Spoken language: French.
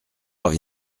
heure